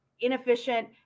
inefficient